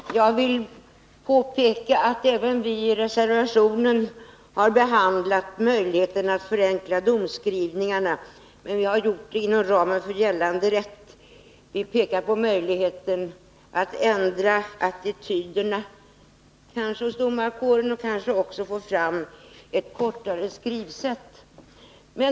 Herr talman! Jag vill påpeka att även vi reservanter har behandlat möjligheten att förenkla domskrivningen, men vi har gjort det inom ramen för gällande rätt. Vi pekar i reservationen på möjligheten att kanske ändra attityderna hos domarkåren och kanske också få fram ett kortare skrivsätt.